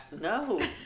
No